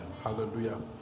Hallelujah